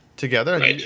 together